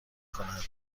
کنند